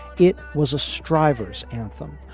it was a strivers anthem,